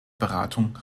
beratung